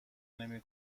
نمی